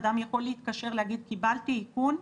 אדם יכול להתקשר ולהגיד, קיבלתי איכון,